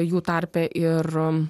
jų tarpe ir